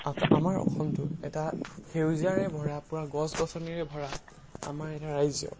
আকা আমাৰ অসমটো এটা সেউজীয়াৰে ভৰা পূৰা গছ গছনিৰে ভৰা আমাৰ এটা ৰাজ্য